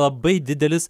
labai didelis